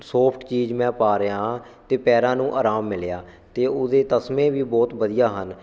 soft ਚੀਜ਼ ਮੈਂ ਪਾ ਰਿਹਾ ਹਾਂ ਅਤੇ ਪੈਰਾਂ ਨੂੰ ਆਰਾਮ ਮਿਲਿਆ ਅਤੇ ਉਹਦੇ ਤਸਮੇ ਵੀ ਬਹੁਤ ਵਧੀਆ ਹਨ